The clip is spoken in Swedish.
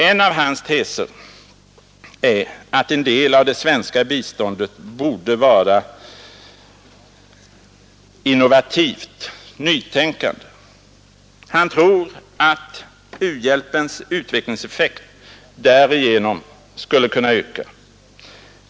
En av hans teser är att en del av det svenska biståndet borde vara innovativt, nytänkande. Han tror att u-hjälpens utvecklingseffekt därigenom skulle kunna öka.